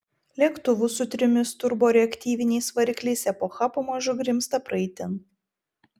lėktuvų su trimis turboreaktyviniais varikliais epocha pamažu grimzta praeitin